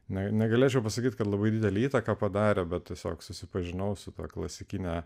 na negalėčiau pasakyti kad labai didelę įtaką padarė bet tiesiog susipažinau su ta klasikine